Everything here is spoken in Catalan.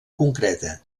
concreta